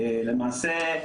למעשה,